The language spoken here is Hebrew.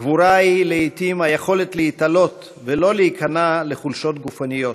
גבורה היא לעתים היכולת להתעלות ולא להיכנע לחולשות גופניות,